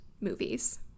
movies